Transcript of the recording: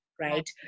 right